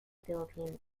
philippines